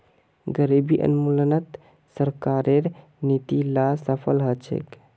गरीबी उन्मूलनत सरकारेर नीती ला सफल ह छेक